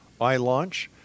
iLaunch